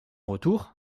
retour